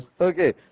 okay